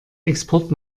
export